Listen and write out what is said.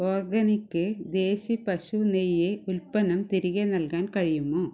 organic desi പശു നെയ്യ് ഉൽപ്പന്നം തിരികെ നൽകാൻ കഴിയുമോ